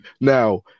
Now